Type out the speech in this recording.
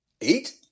Eight